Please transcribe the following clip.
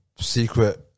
secret